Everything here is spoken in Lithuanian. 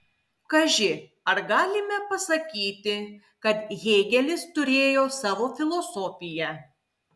kaži ar galime pasakyti kad hėgelis turėjo savo filosofiją